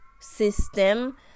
system